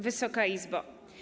Wysoka Izbo!